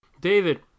David